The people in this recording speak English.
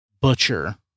butcher